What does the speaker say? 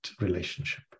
relationship